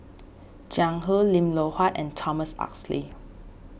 Jiang Hu Lim Loh Huat and Thomas Oxley